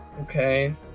Okay